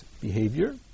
behavior